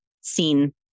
seen